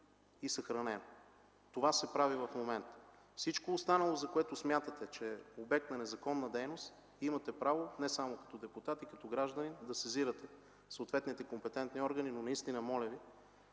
и съхранено. Това се прави в момента. Всичко останало, за което смятате, че е обект на незаконна дейност, имате право, не само като депутат, а и като гражданин да сезирате съответните компетентни органи. Но моля Ви,